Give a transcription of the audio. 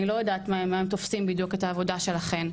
אני לא יודעת מה ואיך הם תופסים בדיוק את העבודה שלכן,